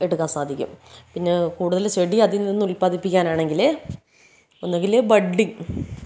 എടുക്കാൻ സാധിക്കും പിന്നെ കൂടുതൽ ചെടി അതിൽ നിന്നും ഉൽപാദിപ്പിക്കാൻ ആണെങ്കിൽ ഒന്നുങ്കിൽ ബഡ്ഡിംഗ്